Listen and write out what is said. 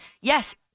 Yes